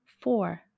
four